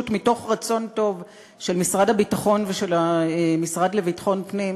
מתוך רצון טוב של משרד הביטחון ושל המשרד לביטחון פנים,